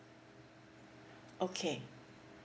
okay